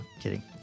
Kidding